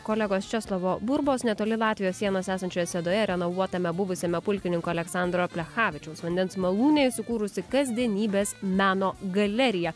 kolegos česlovo burbos netoli latvijos sienos esančioje sedoje renovuotame buvusiame pulkininko aleksandro plechavičiaus vandens malūne įsikūrusi kasdienybės meno galerija